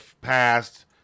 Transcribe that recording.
past